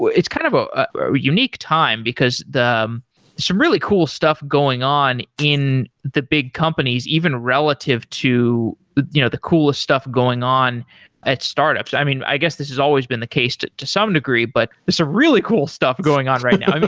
but it's kind of a unique time, because some really cool stuff going on in the big companies, even relative to you know the coolest stuff going on at startups. i mean, i guess this has always been the case to to some degree, but there's a really cool stuff going on right now i mean,